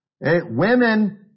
Women